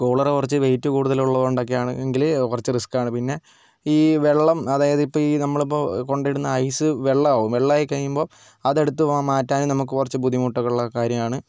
cooler കുറച്ച് weight കൂടുതലൊക്കെയുള്ളത് കൊണ്ടൊക്കെയാണ് എങ്കിൽ കുറച്ച് റിസ്ക് ആണ് പിന്നെ ഈ വെള്ളം അതായത് ഇപ്പോൾ ഈ നമ്മളിപ്പോൾ കൊണ്ടിടുന്ന ഐസ് വെള്ളമാവും വെള്ളമായി കഴിയുമ്പോൾ അതെടുത്ത് മാറ്റാനും നമുക്ക് കുറച്ച് ബുദ്ധിമുട്ടൊക്കെ ഉള്ള കാര്യമാണ്